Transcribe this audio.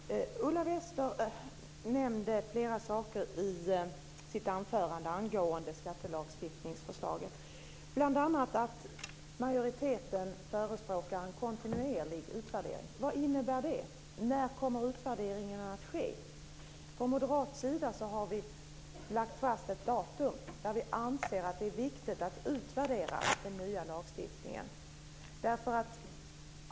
Fru talman! Ulla Wester nämnde flera saker i sitt anförande angående skattelagstiftningsförslaget, bl.a. att majoriteten förespråkar en kontinuerlig utvärdering. Vad innebär det? När kommer utvärderingen att ske? Från moderat sida har vi lagt fast ett datum då vi anser att det är viktigt att utvärdera den nya lagstiftningen.